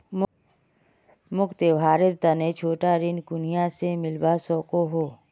मोक त्योहारेर तने छोटा ऋण कुनियाँ से मिलवा सको हो?